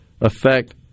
affect